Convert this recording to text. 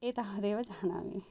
एतावदेव जानामि